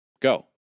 Go